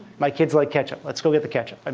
my kids like ketchup. let's go get the ketchup. um